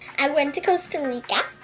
i went to costa rica.